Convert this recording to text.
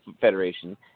Federation